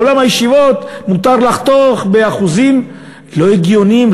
בעולם הישיבות מותר לחתוך באחוזים לא הגיוניים,